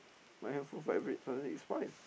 my handphone vibrate suddenly it's five